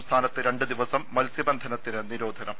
സംസ്ഥാനത്ത് രണ്ട്ദിവസം മത്സ്യബന്ധനത്തിന് നിരോധനം